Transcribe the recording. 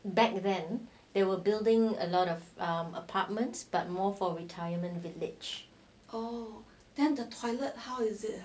back then they were building a lot of um apartments but more for retirement village